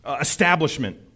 establishment